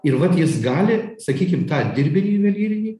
ir vat jis gali sakykim tą dirbinį juvelyrinį